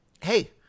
hey